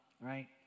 right